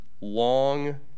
long